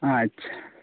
ᱟᱪᱪᱷᱟ